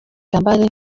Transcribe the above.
kabarebe